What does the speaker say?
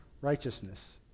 righteousness